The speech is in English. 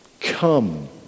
Come